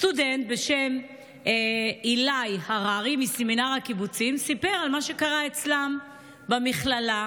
סטודנט בשם עילאי הררי מסמינר הקיבוצים סיפר על מה שקרה אצלם במכללה.